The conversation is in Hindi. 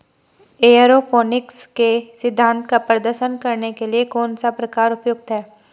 एयरोपोनिक्स के सिद्धांत का प्रदर्शन करने के लिए कौन सा प्रकार उपयुक्त है?